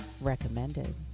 recommended